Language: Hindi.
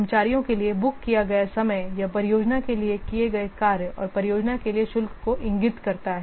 कर्मचारियों के लिए बुक किया गया समय या परियोजना के लिए किए गए कार्य और परियोजना के लिए शुल्क को इंगित करता है